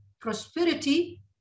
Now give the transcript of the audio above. prosperity